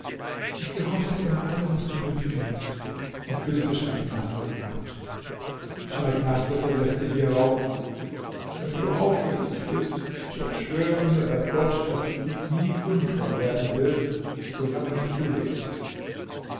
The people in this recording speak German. ich gehorche dir in allem was du mir befiehlst und küßte scheich naßr die hand scheich naßr versetzte hierauf wenn du aufrichtig bist so schwöre mir bei gott daß du ihm nie untreu werden willst solange du lebst